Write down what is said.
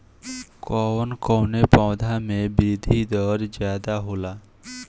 कवन कवने पौधा में वृद्धि दर ज्यादा होला?